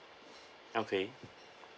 okay